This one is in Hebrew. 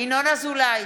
ינון אזולאי,